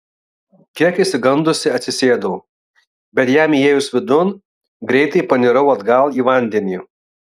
kiek išsigandusi atsisėdau bet jam įėjus vidun greitai panirau atgal į vandenį